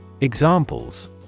Examples